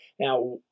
Now